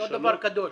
לא דבר קדוש.